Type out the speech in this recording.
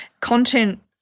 content